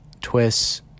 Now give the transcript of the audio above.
twists